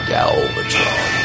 Galvatron